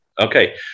Okay